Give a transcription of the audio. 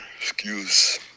Excuse